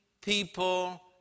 people